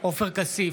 עופר כסיף,